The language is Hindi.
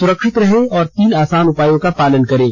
सुरक्षित रहें और तीन आसान उपायों का पालन करें